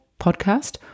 podcast